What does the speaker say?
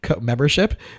Membership